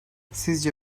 sizce